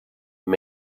and